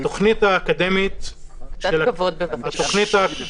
קצת כבוד, בבקשה.